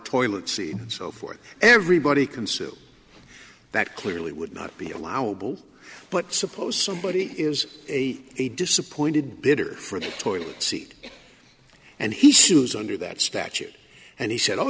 toilet seat and so forth everybody can sue that clearly would not be allowable but suppose somebody is a a disappointed bidder for the toilet seat and he sues under that statute and he said oh